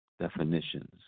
Definitions